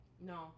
No